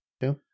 Two